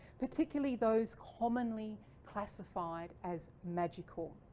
pparticularly those commonly classified as magical.